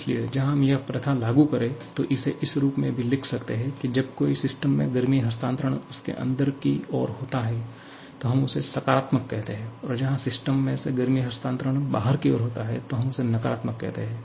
इसलिए जहा हम यह प्रथा लागु करे तो इसे इस रूप में भी लिख सकते हैं की जब कोई सिस्टम में गर्मी हस्तांतरण उसके अंदर की और होता है तो हम उसे सकारात्मक कहते है और जहा सिस्टम में से गर्मी हस्तांतरण बहार की और होता है तो हम उसे नकारात्मक कहते है